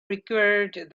required